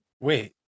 Wait